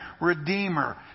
redeemer